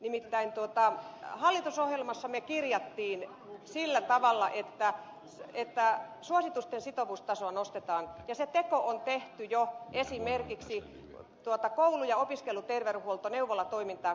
nimittäin hallitusohjelmassa me kirjasimme sillä tavalla että suositusten sitovuustasoa nostetaan ja se teko on tehty jo esimerkiksi koulu ja opiskeluterveydenhuoltoa neuvolatoimintaa koskevissa asioissa